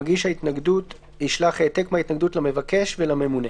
מגיש ההתנגדות ישלח העתק מההתנגדות למבקש ולממונה."